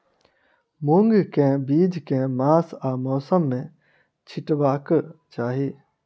मूंग केँ बीज केँ मास आ मौसम मे छिटबाक चाहि?